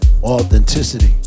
Authenticity